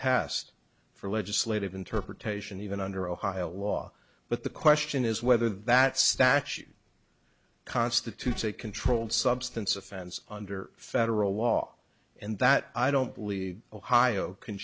passed for legislative interpretation even under ohio law but the question is whether that statute constitutes a controlled substance offense under federal law and that i don't believe ohio can